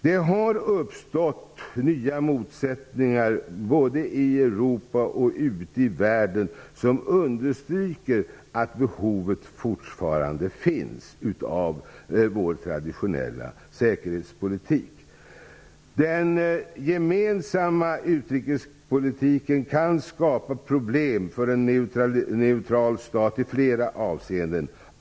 Det har uppstått nya motsättningar, både i Europa och i den övriga världen, som understryker att behovet av vår traditionella säkerhetspolitik fortfarande finns. Den gemensamma utrikespolitiken kan skapa problem för en neutral stat i flera avseenden.